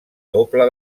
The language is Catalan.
doble